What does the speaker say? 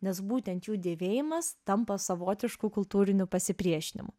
nes būtent jų dėvėjimas tampa savotišku kultūriniu pasipriešinimu